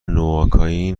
نواکائین